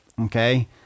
okay